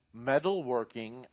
metalworking